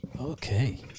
Okay